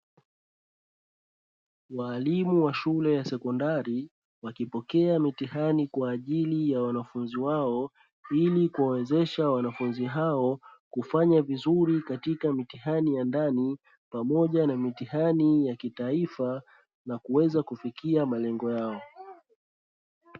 Walimu wa shule ya sekondari wakipokea mitihani kwaajili ya wanafunzi wao ili kuwawezesha wanafunzi hao kufanya vizuri katika mitihani ya ndani, pamoja na mitihani ya kitaifa na kuweza kufikia malengo yao.